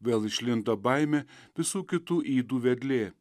vėl išlindo baimė visų kitų ydų vedlė